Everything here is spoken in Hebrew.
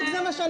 לזה.